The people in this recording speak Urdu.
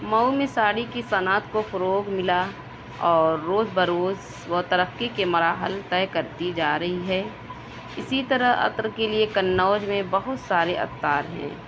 مئو میں ساڑی کی صنعت کو فروغ ملا اور روز بروز وہ ترقی کے مراحل طے کرتی جا رہی ہے اسی طرح عطر کے لئے قنوج میں بہت سارے عطار ہیں